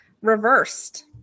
reversed